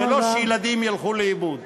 ולא שילדים ילכו לאיבוד.